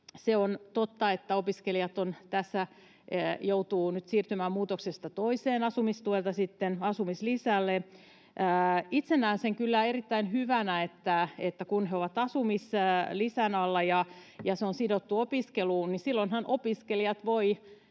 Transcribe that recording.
Se on totta, että opiskelijat tässä joutuvat nyt siirtymään muutoksesta toiseen, asumistuelta asumislisälle. Itse näen sen kyllä erittäin hyvänä, että kun he ovat asumislisän alla ja se on sidottu opiskeluun, niin silloinhan opiskelijat voivat